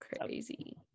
Crazy